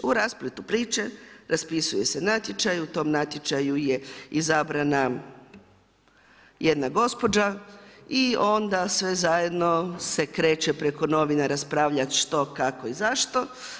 U raspletu priče raspisuje se natječaj u tom natječaju izabrana jedna gospođa i onda sve zajedno se kreće preko novinara raspravljat što, kako i zašto.